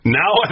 now